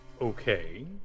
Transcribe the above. okay